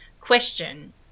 question